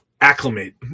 acclimate